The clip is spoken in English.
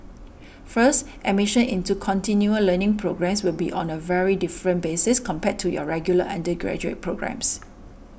first admission into continual learning programmes will be on a very different basis compared to your regular undergraduate programmes